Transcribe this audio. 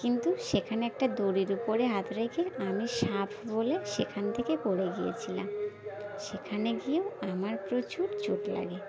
কিন্তু সেখানে একটা দড়ির উপরে হাত রেখে আমি সাপ বলে সেখান থেকে পড়ে গিয়েছিলাম সেখানে গিয়েও আমার প্রচুর চোট লাগে